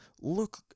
look